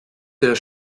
der